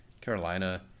Carolina